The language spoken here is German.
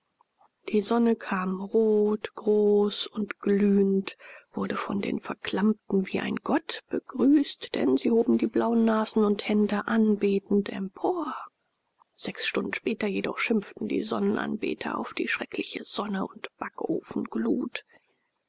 die sonne kam rot groß und glühend und wurde von den verklammten wie ein gott begrüßt denn sie hoben die blauen nasen und hände anbetend empor sechs stunden später jedoch schimpften die sonnenanbeter auf die schreckliche sonne und backofenglut